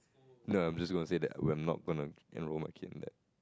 nah I'm just gonna say that we are not gonna enroll my kid in that